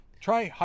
Try